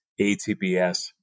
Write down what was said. ATPS